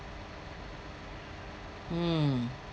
mm